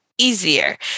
Easier